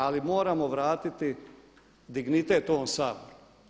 Ali moramo vratiti dignitet ovom Saboru.